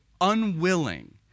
unwilling